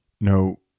No